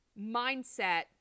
mindset